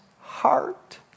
heart